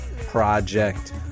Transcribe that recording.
Project